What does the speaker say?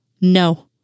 No